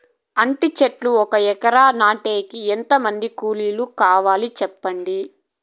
అంటి చెట్లు ఒక ఎకరా నాటేకి ఎంత మంది కూలీలు కావాలి? సెప్పండి?